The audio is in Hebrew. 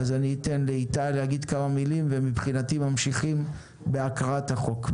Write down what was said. אני אתן לאיתי לומר כמה מילים ומבחינתי ממשיכים בהקראת החוק.